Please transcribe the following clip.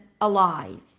alive